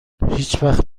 هیچوقت